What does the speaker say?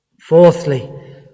Fourthly